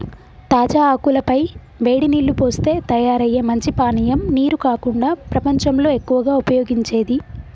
తాజా ఆకుల పై వేడి నీల్లు పోస్తే తయారయ్యే మంచి పానీయం నీరు కాకుండా ప్రపంచంలో ఎక్కువగా ఉపయోగించేది